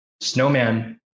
Snowman